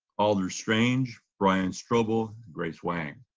alder strange, brian strobel, grace wang.